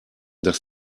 dass